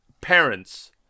parents